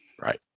Right